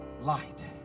light